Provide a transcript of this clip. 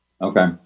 okay